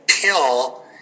pill